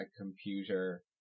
computer